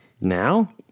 Now